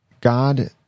God